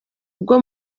bwo